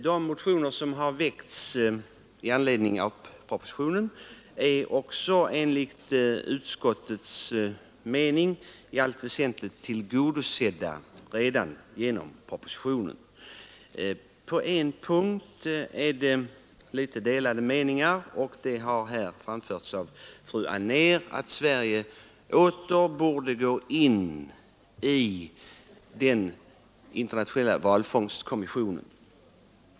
De motioner som har väckts i anledning av propositionen är också, enligt utskottets mening, i allt väsentligt tillgodosedda redan genom propositionen. På en punkt råder det litet delade meningar. Det gäller, vilket har framförts av fru Anér här, att Sverige åter borde gå in i Internationella valfångstkommissionen.